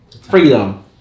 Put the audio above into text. freedom